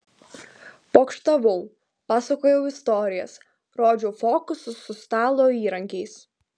pokštavau pasakojau istorijas rodžiau fokusus su stalo įrankiais